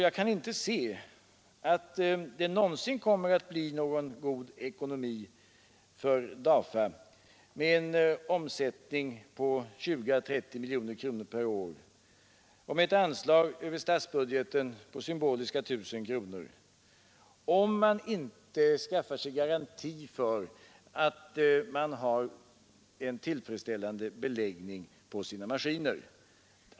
Jag kan inte se att det någonsin kommer att bli någon god ekonomi för DAFA med en omsättning på 20 å 30 miljoner kronor per år och med ett anslag över statsbudgeten på symboliska 1 000 kronor, om man inte skaffar sig garanti för att man har en tillfredsställande beläggning på sina maskiner.